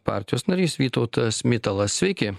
partijos narys vytautas mitalas sveiki